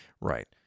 Right